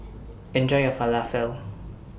Enjoy your Falafel